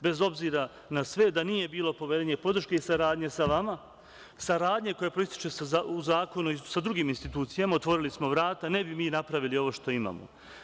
Bez obzira na sve, da nije bilo poverenja i podrške i saradnje sa vama, saradnje koja proističe u zakonu i sa drugim institucijama, otvorili smo vrata, ne bi mi napravili ovo što imamo.